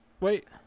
Wait